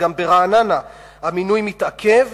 גם ברעננה המינוי מתעכב